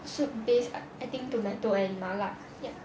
soup base I I think tomato and 麻辣 ya